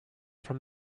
from